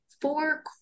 four